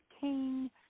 king